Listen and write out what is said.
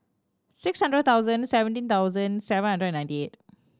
six hundred thousand seventeen thousand seven hundred and ninety eight